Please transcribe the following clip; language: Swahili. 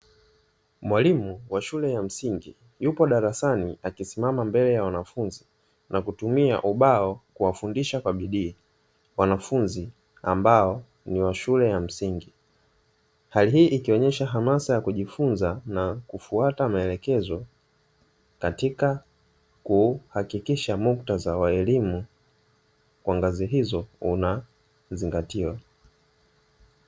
Mwalimu wa shule ya msingi yupo darasani aliesimama mbele ya wanafunzi ,na kutumia ubao kuwafundisha kwa bidii, wanafunzi ambao ni wa shule yamsingi, hali hii huonyesha hamasa ya kujifunza na kufuata maelekezo katika kuhakikisha muktaza wa elimu wa ngazi hizo unazingatiwa.